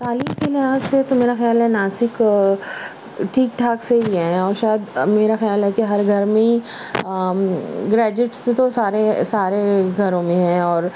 تعلیم کے لحاظ سے تو میرا خیال ہے ناسک ٹھیک ٹھاک سے ہی ہیں اور شاید میرا خیال ہے کہ ہر گھر میں ہی گریجویٹس تو سارے سارے گھروں میں ہیں اور